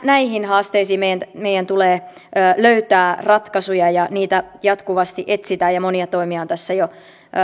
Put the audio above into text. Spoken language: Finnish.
näihin haasteisiin meidän tulee löytää ratkaisuja ja niitä jatkuvasti etsitään ja monia toimia on tässä jo